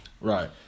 right